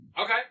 Okay